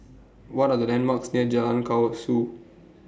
What Are The landmarks near Jalan Kasau